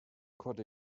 could